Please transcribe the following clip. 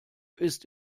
ist